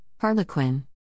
Harlequin